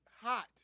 hot